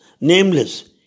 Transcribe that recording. nameless